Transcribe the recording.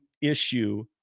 issue